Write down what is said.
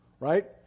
right